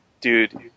dude